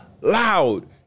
loud